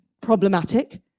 problematic